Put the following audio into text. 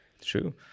True